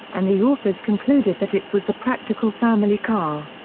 and the authors concluded that it was the practical family car.